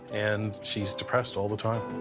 and she's depressed all the time.